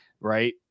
right